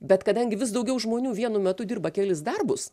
bet kadangi vis daugiau žmonių vienu metu dirba kelis darbus